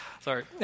sorry